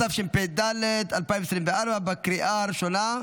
התשפ"ד 2024, בקריאה הראשונה.